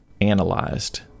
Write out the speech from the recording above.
analyzed